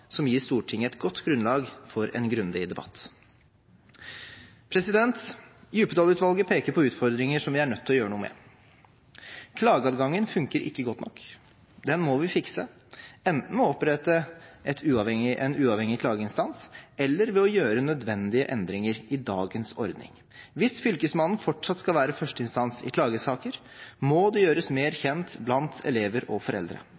som gir Stortinget et godt grunnlag for en grundig debatt. Djupedal-utvalget peker på utfordringer som vi er nødt til å gjøre noe med. Klageadgangen fungerer ikke godt nok. Den må vi fikse, enten ved å opprette en uavhengig klageinstans eller ved å gjøre nødvendige endringer i dagens ordning. Hvis Fylkesmannen fortsatt skal være førsteinstans i klagesaker, må det gjøres mer kjent blant elever og foreldre.